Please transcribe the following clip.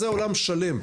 זה עולם שלם.